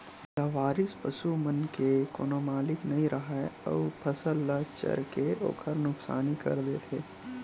लवारिस पसू मन के कोनो मालिक नइ राहय अउ फसल ल चर के ओखर नुकसानी कर देथे